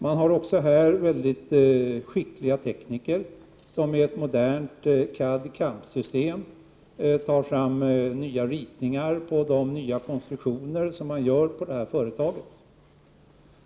Man har också här väldigt skickliga tekniker som med ett modernt CAD/CAM-system tar fram ritningar på de nya konstruktioner som görs på företaget.